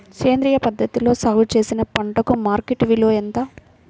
సేంద్రియ పద్ధతిలో సాగు చేసిన పంటలకు మార్కెట్ విలువ ఎక్కువ